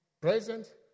present